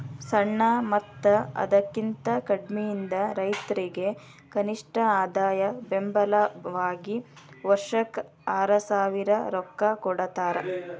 ಸಣ್ಣ ಮತ್ತ ಅದಕಿಂತ ಕಡ್ಮಿಯಿರು ರೈತರಿಗೆ ಕನಿಷ್ಠ ಆದಾಯ ಬೆಂಬಲ ವಾಗಿ ವರ್ಷಕ್ಕ ಆರಸಾವಿರ ರೊಕ್ಕಾ ಕೊಡತಾರ